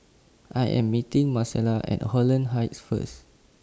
I Am meeting Marcella At Holland Heights First